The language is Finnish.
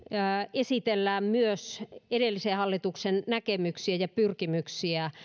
esitellään myös edellisen hallituksen näkemyksiä ja pyrkimyksiä